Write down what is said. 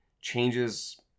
changes